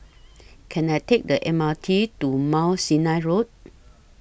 Can I Take The M R T to Mount Sinai Road